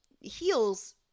heels